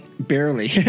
Barely